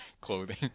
clothing